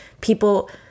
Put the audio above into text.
people